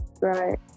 right